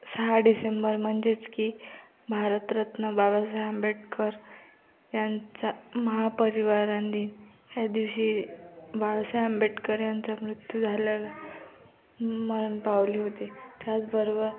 सहा डिसेंबर म्हणजेच की भारतरत्न बाबासाहेब आंबेडकर ह्यांचा महापरीवारण दिन ह्या दिवशी बाबासाहेब आंबेडकर ह्यांचा मृत्यू झालेला मरण पावले होते त्याचबरोबर